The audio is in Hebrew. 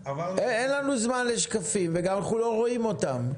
אין לנו זמן לשקפים, ואנחנו גם לא רואים אותם.